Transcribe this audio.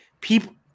people